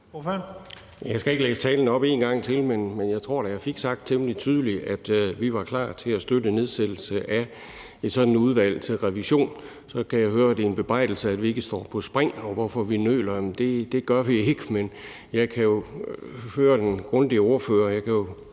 Jeg skal ikke læse talen op en gang til, men jeg tror da, jeg fik sagt temmelig tydeligt, at vi var klar til at støtte en nedsættelse af et sådant udvalg til revision. Så kan jeg høre ud af din bebrejdelse, at vi ikke står på spring, og et spørgsmål om, hvorfor vi nøler. Jamen det gør vi ikke, men jeg kan jo høre den grundige ordfører, og jeg kan jo